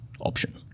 option